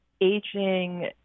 aging